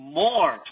more